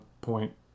point